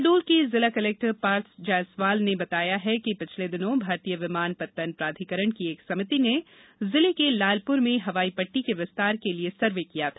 शहडोल के जिला कलेक्टर पार्थ जायसवाल ने बताया कि पिछले दिनों भारतीय विमान पत्तन प्राधिकरण की एक समिति ने जिले के लालपुर में हवाई पट्टी के विस्तार के लिये सर्वे किया था